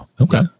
okay